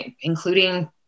including